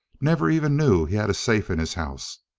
never even knew he had a safe in his house.